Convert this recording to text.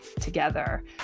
together